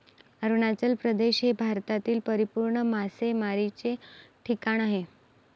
अरुणाचल प्रदेश हे भारतातील परिपूर्ण मासेमारीचे ठिकाण आहे